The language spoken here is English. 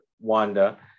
Wanda